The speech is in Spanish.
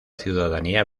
ciudadanía